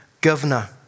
governor